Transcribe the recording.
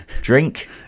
Drink